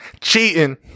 cheating